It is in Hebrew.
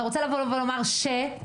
אתה רוצה לבוא ולומר ש ?